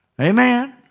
Amen